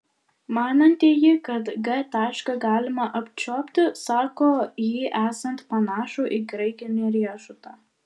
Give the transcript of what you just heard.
manantieji kad g tašką galima apčiuopti sako jį esant panašų į graikinį riešutą